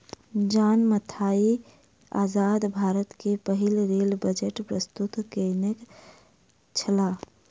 John Mathai आजाद भारत के पहिल रेल बजट प्रस्तुत केनई छला